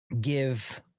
give